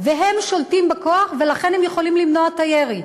והם שולטים בכוח, ולכן הם יכולים למנוע את הירי.